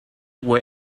were